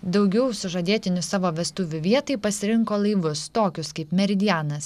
daugiau sužadėtinių savo vestuvių vietai pasirinko laivus tokius kaip meridianas